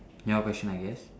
your question I guess